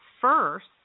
first